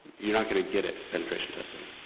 you're not gonna get it penetration testing.